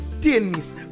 tennis